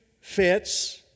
fits